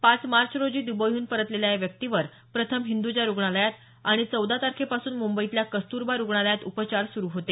पाच मार्च रोजी दबईहून परतलेल्या या व्यक्तीवर प्रथम हिंदजा रुग्णालयात आणि चौदा तारखेपासून मुंबईतल्या कस्तुरबा रुग्णालयात उपचार सुरू होते